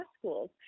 schools